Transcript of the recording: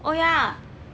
oh ya